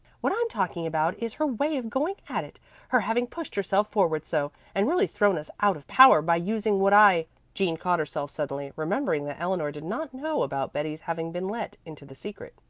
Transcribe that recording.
what i'm talking about is her way of going at it her having pushed herself forward so, and really thrown us out of power by using what i jean caught herself suddenly, remembering that eleanor did not know about betty's having been let into the secret.